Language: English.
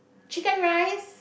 chicken rice